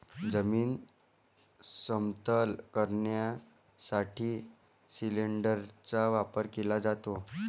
जमीन समतल करण्यासाठी सिलिंडरचा वापर केला जातो